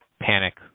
panic